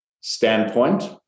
standpoint